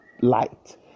light